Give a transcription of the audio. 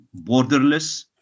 borderless